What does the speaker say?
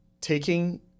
taking